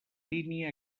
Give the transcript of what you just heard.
línia